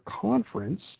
conference